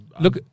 Look